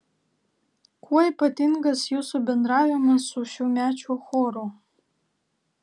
kuo ypatingas jūsų bendravimas su šiųmečiu choru